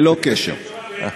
ללא קשר.